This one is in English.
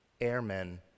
airmen